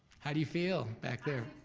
how do you feel back there?